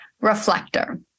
reflector